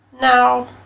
Now